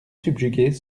subjuguer